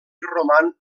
roman